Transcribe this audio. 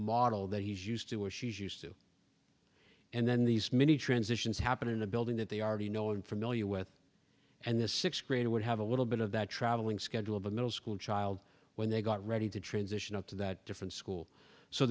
model that he's used to or she's used to and then these mini transitions happen in a building that they already know in from the u s and the sixth grade would have a little bit of that travelling schedule of a middle school child when they got ready to transition out to that different school so